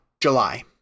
July